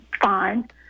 fine